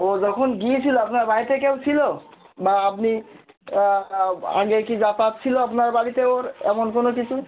ও যখন গিয়েছিলো আপনার বাড়িতে কেউ ছিলো বা আপনি আগে কি যাতায়াত ছিলো আপনার বাড়িতে ওর এমন কোনো কিছু